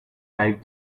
dive